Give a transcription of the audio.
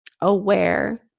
aware